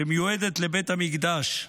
שמיועדת לבית המקדש,